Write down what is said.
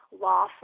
law